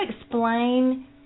explain